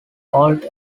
old